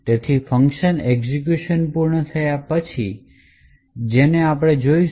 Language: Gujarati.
તેથી ફંકશન એક્ઝેક્યુશન પૂર્ણ થયા પછી જેને આપણે જોશું